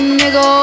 nigga